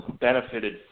benefited